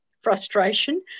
frustration